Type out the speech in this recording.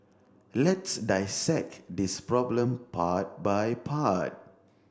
let's dissect this problem part by part